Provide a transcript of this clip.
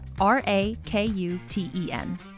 R-A-K-U-T-E-N